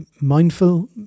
mindful